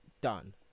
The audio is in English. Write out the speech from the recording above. done